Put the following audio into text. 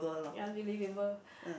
unbelievable